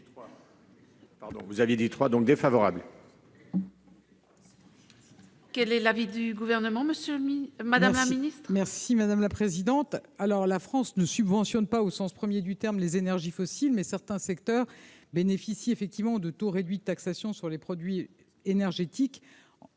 vous aviez dit 3 donc défavorable.